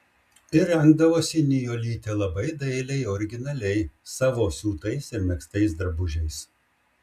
ir rengdavosi nijolytė labai dailiai originaliai savo siūtais ir megztais drabužiais